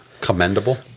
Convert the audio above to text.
commendable